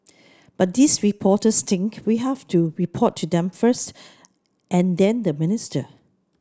but these reporters think we have to report to them first and then the minister